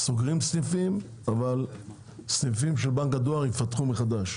סוגרים סניפים אבל סניפים של בנק הדואר ייפתחו מחדש.